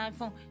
iPhone